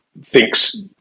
thinks